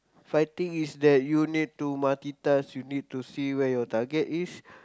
fighting is that you need to multitask you need to see where your target is